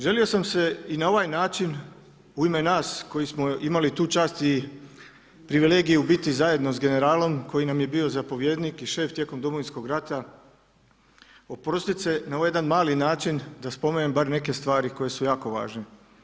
Želio sam se i na ovaj način u ime nas koji smo imali tu čast i privilegiju biti zajedno sa generalom koji je bio zapovjednik i šef tijekom Domovinskog rata, oprostit se na ovaj jedan mali način da spomenem bar neke stvari koje su jako važne.